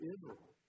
Israel